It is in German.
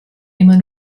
immer